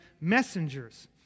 messengers